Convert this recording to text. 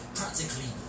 practically